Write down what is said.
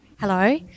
Hello